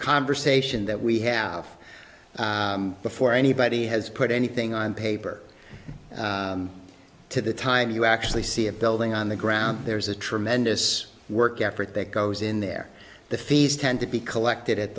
conversation that we have before anybody has put anything on paper to the time you actually see a building on the ground there's a tremendous work effort that goes in there the fees tend to be collected at